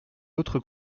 autre